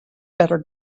better